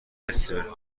استیون